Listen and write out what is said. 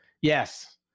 Yes